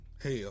Hell